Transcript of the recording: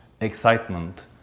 excitement